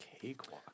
Cakewalk